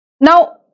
Now